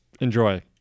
enjoy